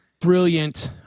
brilliant